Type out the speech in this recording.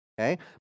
Okay